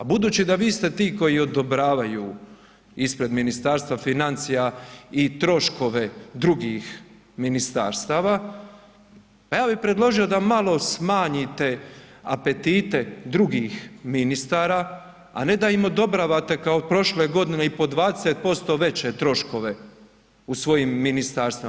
Budući da vi ste ti koji odobravaju ispred Ministarstva financija i troškove drugih ministarstava, pa ja bih predložio da malo smanjite apetite drugih ministara, a ne da im odobravate kao prošle godine i po 20% veće troškove u svojim ministarstvima.